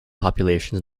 populations